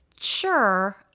Sure